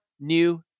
new